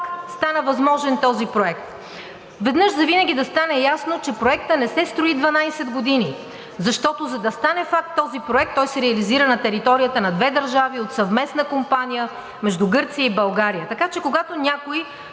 как стана възможен този проект, веднъж завинаги да стане ясно, че проектът не се строи 12 години. Защото, за да стане факт този проект, той се реализира на територията на две държави от съвместна компания между Гърция и България.